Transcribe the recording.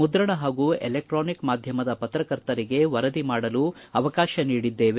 ಮುದ್ರಣ ಹಾಗು ಎಲೆಕ್ಸಾನಿಕ್ ಮಾಧ್ಯಮದ ಪತ್ರಕರ್ತರಿಗೆ ವರದಿ ಮಾಡಲು ಅವಕಾಶ ನೀಡಿದ್ದೇವೆ